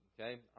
okay